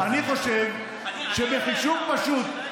אני חושב שבחישוב פשוט,